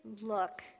look